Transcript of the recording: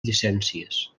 llicències